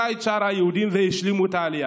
את שאר היהודים והשלימה את העלייה.